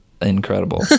incredible